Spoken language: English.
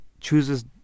chooses